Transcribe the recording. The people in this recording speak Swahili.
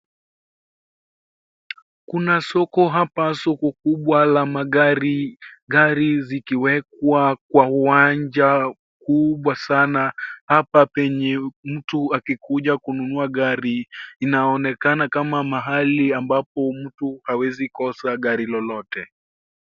Kuna soko hapa, soko kubwa la magari, gari zikiwekwa kwa uwanja kubwa sana hapa penye mtu akikuja kununua gari inaonekana kama mahali ambapo mtu hawezi kosa gari lolote.